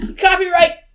Copyright